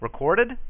recorded